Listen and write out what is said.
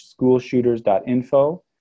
schoolshooters.info